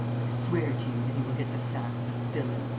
i swear to you that he will get the sack, the villain!